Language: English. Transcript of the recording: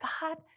God